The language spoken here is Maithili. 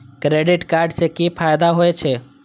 क्रेडिट कार्ड से कि फायदा होय छे?